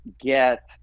get